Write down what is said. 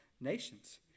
nations